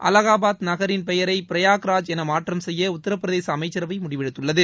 அலகாபாத் நகரின் பெயரை பிரையாக் ராஜ் என மாற்றம் செய்ய உத்தரப்பிரதேச அமைச்சரவை முடிவெடுத்துள்ளது